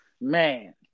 man